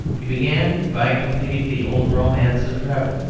he began by completing the old romance of travel.